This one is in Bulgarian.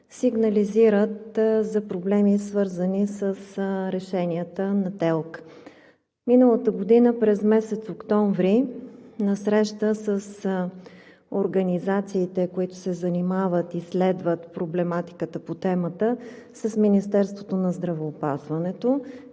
сигнализират за проблеми, свързани с решенията на ТЕЛК. Миналата година през месец октомври на среща с организациите, които се занимават, изследват проблематиката, по темата с Министерството на здравеопазването